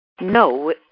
No